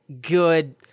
good